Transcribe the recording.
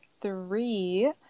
three